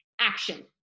action